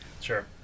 Sure